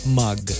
mug